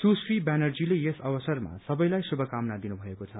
सुश्री ब्यानज्रीले यस अवसरमा सबैलाई शुभकामना दिनु भएको छ